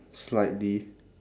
slightly